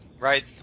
right